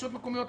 רשויות מקומיות,